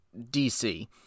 DC